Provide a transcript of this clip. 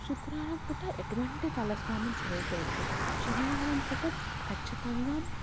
శుక్రవారం పూట ఎటువంటి తలస్నానం చెయ్యకూడదు శనివారం పూట ఖచ్చితంగా